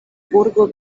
burgo